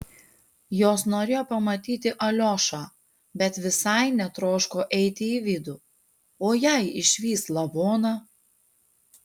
jos norėjo pamatyti aliošą bet visai netroško eiti į vidų o jei išvys lavoną